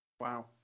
Wow